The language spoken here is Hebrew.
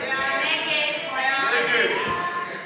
ההסתייגות של